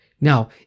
Now